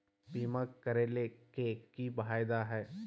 बीमा करैला के की फायदा है?